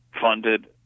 funded